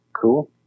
Cool